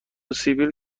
سیبیل